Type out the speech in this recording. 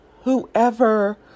whoever